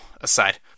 aside